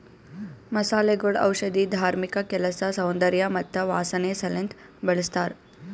ಮಸಾಲೆಗೊಳ್ ಔಷಧಿ, ಧಾರ್ಮಿಕ ಕೆಲಸ, ಸೌಂದರ್ಯ ಮತ್ತ ವಾಸನೆ ಸಲೆಂದ್ ಬಳ್ಸತಾರ್